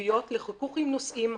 לתביעות לחיכוך עם נוסעים,